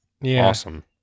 Awesome